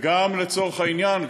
ולצורך העניין,